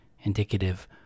indicative